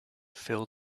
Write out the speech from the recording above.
fill